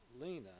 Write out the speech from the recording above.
Lena